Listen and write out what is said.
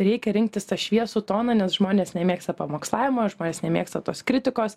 reikia rinktis tą šviesų toną nes žmonės nemėgsta pamokslavimo žmonės nemėgsta tos kritikos